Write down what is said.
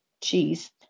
cheese